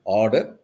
order